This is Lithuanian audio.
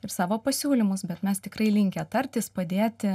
ir savo pasiūlymus bet mes tikrai linkę tartis padėti